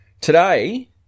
today